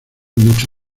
mucho